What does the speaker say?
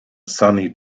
sunny